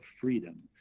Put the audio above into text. Freedom